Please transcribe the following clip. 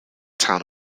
town